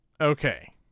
Okay